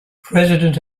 president